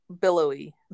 billowy